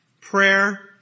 Prayer